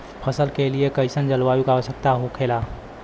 फसल के लिए कईसन जलवायु का आवश्यकता हो खेला?